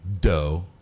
dough